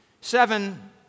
Seven